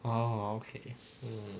orh okay